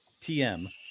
TM